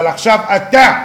אבל עכשיו אתה,